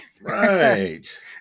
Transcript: right